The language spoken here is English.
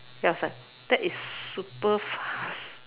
then I was like that is super fast